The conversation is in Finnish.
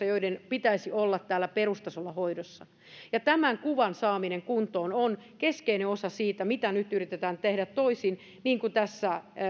joiden pitäisi olla täällä perustasolla hoidossa ja tämän kuvan saaminen kuntoon on keskeinen osa siinä mitä nyt yritetään tehdä toisin niin kuin tässä